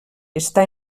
està